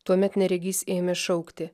tuomet neregys ėmė šaukti